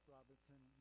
Robertson